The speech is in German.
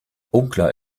unklar